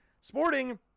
sporting